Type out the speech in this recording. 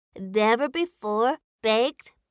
never-before-baked